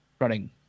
running